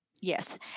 yes